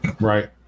Right